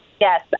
Yes